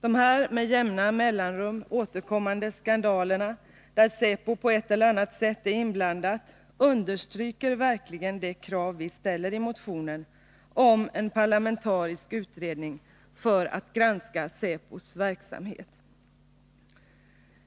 De med jämna mellanrum återkommande skandalerna, där säpo på ett eller annat sätt är inblandat, understryker verkligen det krav vi ställer i motionen om en parlamentarisk utredning för att granska säpos verksamhet.